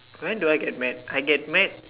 when do I get mad I get mad